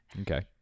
Okay